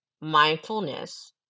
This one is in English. mindfulness